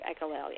echolalia